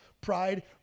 pride